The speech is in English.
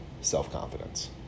Self-Confidence